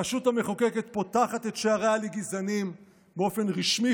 הרשות המחוקקת פותחת את שעריה לגזענים באופן רשמי,